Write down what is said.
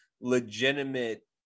legitimate